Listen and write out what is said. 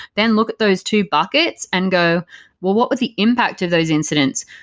then look at those two buckets and go well, what were the impact of those incidents?